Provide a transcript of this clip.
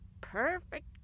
perfect